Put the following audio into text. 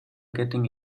getting